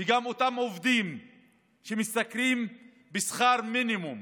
וגם אותם עובדים שמשתכרים שכר מינימום